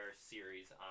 series